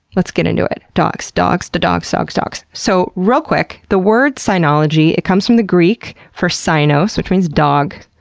let's get into it, dogs, dogs, d-dogs dogs dogs dogs. so real quick, the word cynology, it comes from the greek for cynos, which means dog.